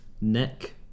Neck